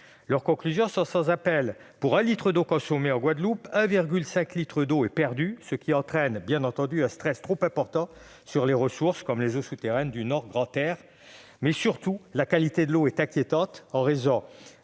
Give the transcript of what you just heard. de ces experts sont sans appel : pour un litre d'eau consommé en Guadeloupe, un litre et demi d'eau est perdu, ce qui entraîne bien entendu un stress trop important sur les ressources comme les eaux souterraines du Nord Grande-Terre. Surtout, la qualité de l'eau est « inquiétante », en raison